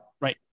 Right